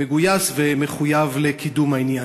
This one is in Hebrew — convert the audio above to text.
מגויס ומחויב לקידום העניין.